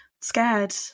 scared